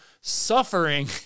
suffering